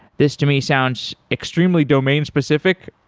this to me sounds extremely domain specific.